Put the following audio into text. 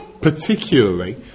Particularly